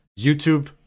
YouTube